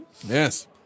Yes